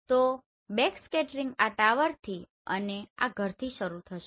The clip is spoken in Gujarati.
તો બેકસ્કેટરિંગ આ ટાવરથી અને આ ઘરથી શરૂ થશે